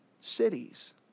cities